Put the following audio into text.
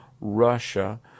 Russia